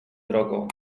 drogą